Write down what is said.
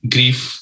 Grief